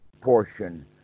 portion